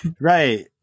right